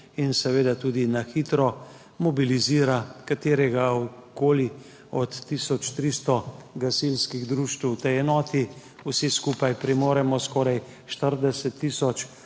in seveda tudi na hitro mobilizira kateregakoli od tisoč 300 gasilskih društev v tej enoti. Vsi skupaj premoremo skoraj 40 tisoč